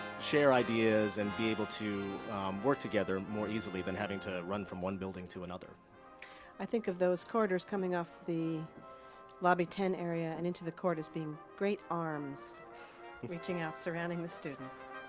share ideas and be able to work together more easily than having to run from one building to another. jones i think of those corridors coming off the lobby ten area and into the court as being great arms reaching out, surrounding the students.